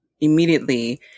immediately